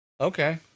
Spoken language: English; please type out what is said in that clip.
Okay